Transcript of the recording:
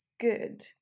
good